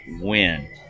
win